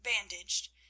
bandaged